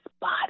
body